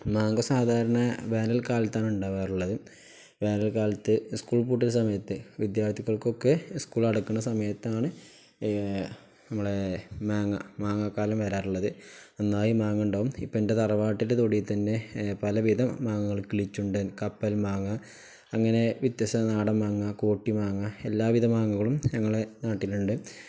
മാങ്ങ സാധാരണ വേനൽക്കാലത്താണ് ഉണ്ടാകാറുള്ളത് വേനൽക്കാലത്ത് സ്കൂൾ പൂട്ടുന്ന സമയത്ത് വിദ്യാർത്ഥികൾക്കൊക്കെ സ്കൂള് അടയ്ക്കുന്ന സമയത്താണ് നമ്മുടെ മാങ്ങ മാങ്ങാക്കാലം വരാറുള്ളത് നന്നായി മാങ്ങയുണ്ടാകും ഇപ്പോള് എൻ്റെ തറവാട്ടിലെ തൊടിയില് തന്നെ പലവിധം മാങ്ങകൾ കിളിച്ചുണ്ടന് കപ്പൽ മാങ്ങ അങ്ങനെ വ്യത്യസ്ത നാടൻ മാങ്ങ കോട്ടി മാങ്ങ എല്ലാവിധ മാങ്ങകളും ഞങ്ങളുടെ നാട്ടിലുണ്ട്